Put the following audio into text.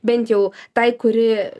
bent jau tai kuri